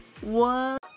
one